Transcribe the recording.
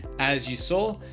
as you saw,